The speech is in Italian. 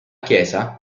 chiesa